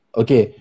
okay